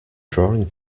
drawing